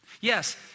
yes